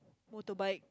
motorbike